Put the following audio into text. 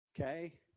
okay